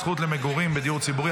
זכות למגורים בדיור ציבורי),